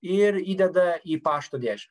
ir įdeda į pašto dėžę